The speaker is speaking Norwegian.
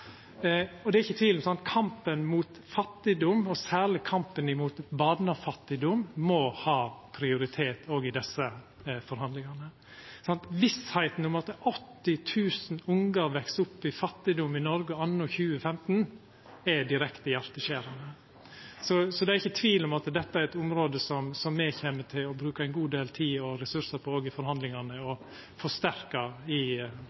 Det er ikkje tvil om at kampen mot fattigdom og særleg kampen mot barnefattigdom må ha prioritet i desse forhandlingane. Vissheita om at 80 000 ungar veks opp i fattigdom i Noreg anno 2015, er direkte hjarteskjerande. Så det er ikkje tvil om at dette er eit område som me kjem til å bruka ein god del tid og ressursar på òg i forhandlingane,